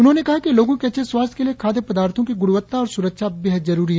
उन्होंने कहा कि लोगों के अच्छे स्वास्थ्य के लिए खाद्य पदार्थों की गुणवत्ता और सुरक्षा बेहद जरुरी है